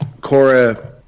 Cora